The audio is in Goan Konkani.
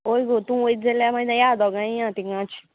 वोय गो तूं वयत जाल्या मागीर या दोगांय या तिगांच